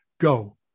Go